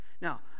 Now